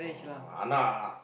uh anak